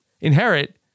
inherit